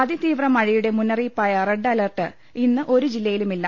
അതിതീവ്ര മഴയുടെ മുന്ന റിയിപ്പായ റെഡ് അലർട്ട് ഇന്ന് ഒരു ജില്ലയിലുമില്ല